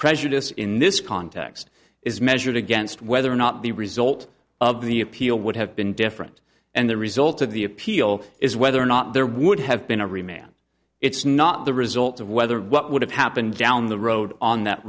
prejudice in this context is measured against whether or not the result of the appeal would have been different and the result of the appeal is whether or not there would have been a rematch it's not the result of whether what would have happened down the road on that